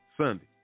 Sunday